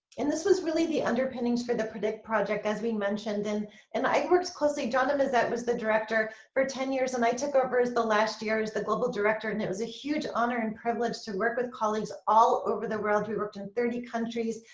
and this was really the underpinnings for the predict project, as we mentioned and and i worked closely johnny um mazzette was the director for ten years and i took over as the last year as the global director and it was a huge honor and privilege to work with colleagues all over the world. we worked in thirty countries,